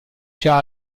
già